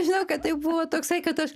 žinau kad tai buvo toksai kad aš